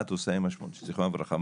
זיכרונה לברכה,